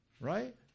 right